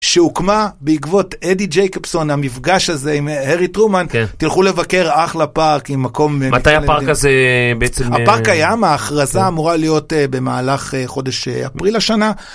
שהוקמה בעקבות אדי ג'ייקובסון, המפגש הזה עם הרי טרומן. תלכו לבקר אחלה פארק עם מקום נכון לדעת. מתי הפארק הזה בעצם... הפארק קיים, ההכרזה אמורה להיות במהלך חודש אפריל השנה.